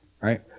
right